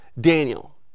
Daniel